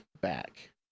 back